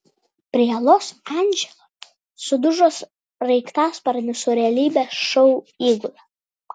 prie los andželo sudužo sraigtasparnis su realybės šou įgula